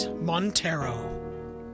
Montero